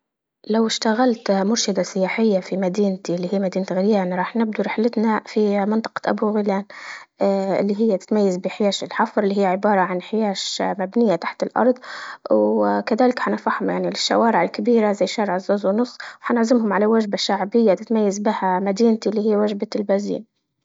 لو اشتغلت يا مرشدة سياحية في مدينتي اللي هي مدينة غريان راح نبدو رحلتنا في منطقة أبو غلام، اه اللي هي تتميز بحياش الحفر اللي هي عبارة عن حياش مبنية تحت الأرض، وكذلك حننصحهم يعني للشوارع الكبيرة زي شارع الزوز والنص، وحنعزمهم على وجبة شعبية تتميز بها مدينتي اللي وجبة البازلين.